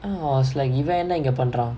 ah I was like இவ என்ன இங்க பன்றா:iva enna inga pandra